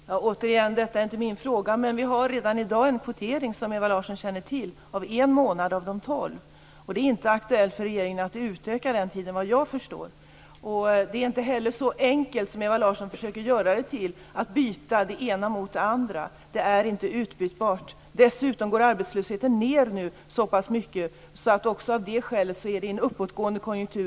Fru talman! Återigen: Detta är inte min fråga. Men vi har redan i dag en kvotering, som Ewa Larsson känner till, av en månad av de tolv månaderna. Det är inte aktuellt för regeringen att utöka den tiden, såvitt jag förstår. Det är inte heller så enkelt som Ewa Larsson försöker göra det till att byta det ena mot det andra. Det är inte utbytbart. Dessutom minskar arbetslösheten nu så pass mycket att det också av det skälet är en olämplig metod i en uppåtgående konjunktur.